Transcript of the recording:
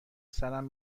سرم